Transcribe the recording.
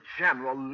general